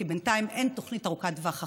כי בינתיים אין תוכנית ארוכת טווח אחרת.